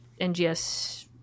NGS